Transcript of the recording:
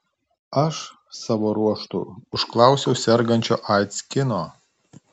aš savo ruožtu užklausiau sergančio aids kino